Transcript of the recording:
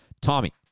Tommy